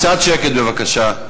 קצת שקט בבקשה.